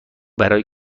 برای